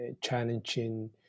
challenging